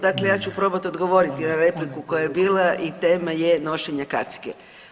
Dakle, ja ću probati odgovoriti na repliku na koja je bila i tema je nošenja kacige.